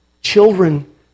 children